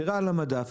תראה על המדף,